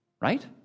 Right